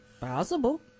possible